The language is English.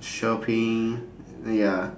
shopping ya